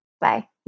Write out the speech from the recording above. Bye